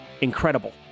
Incredible